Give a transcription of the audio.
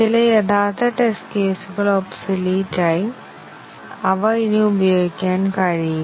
ചില യഥാർത്ഥ ടെസ്റ്റ് കേസുകൾ ഒബ്സൊലീറ്റ് ആയി അവ ഇനി ഉപയോഗിക്കാൻ കഴിയില്ല